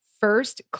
first